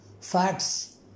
facts